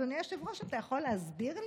אדוני היושב-ראש, אתה יכול להסביר לי?